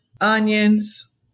onions